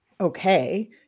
okay